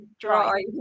dry